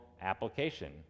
application